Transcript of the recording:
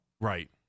Right